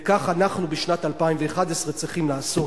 וכך אנחנו בשנת 2011 צריכים לעשות.